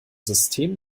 system